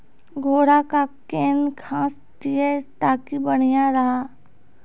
घोड़ा का केन घास दिए ताकि बढ़िया रहा?